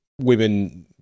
women